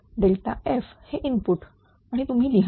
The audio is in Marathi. f हे इनपुट आणि तुम्ही लिहा